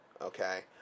okay